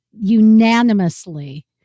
unanimously